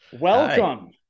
welcome